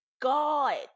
God